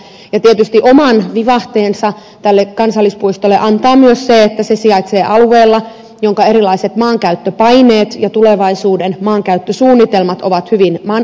tietysti oman vivahteensa kansallispuistolle antaa myös se että se sijaitsee alueella jonka erilaiset maankäyttöpaineet ja tulevaisuuden maankäyttösuunnitelmat ovat hyvin moninaiset